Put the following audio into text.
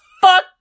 fuck